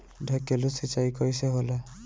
ढकेलु सिंचाई कैसे होला?